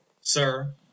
Sir